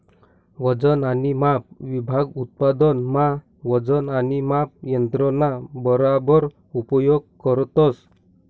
वजन आणि माप विभाग उत्पादन मा वजन आणि माप यंत्रणा बराबर उपयोग करतस